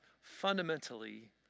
fundamentally